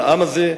לעם הזה,